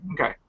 Okay